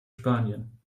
spanien